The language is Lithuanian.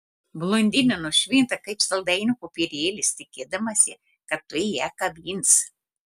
blondinė nušvinta kaip saldainio popierėlis tikėdamasi kad tuoj ją kabins